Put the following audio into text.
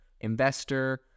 Investor